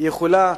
יכולה